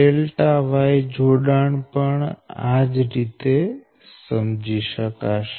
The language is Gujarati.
∆ Y જોડાણ પણ આ જ રીતે સમજી શકાશે